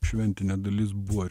šventinė dalis buvo ir